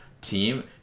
team